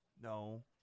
No